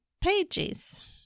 pages